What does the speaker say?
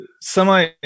Semi